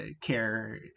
care